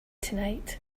tonight